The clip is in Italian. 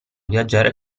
viaggiare